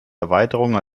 erweiterung